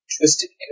Twisted